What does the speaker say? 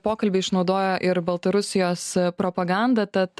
pokalbė išnaudoja ir baltarusijos propaganda tad